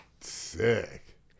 sick